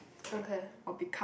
okay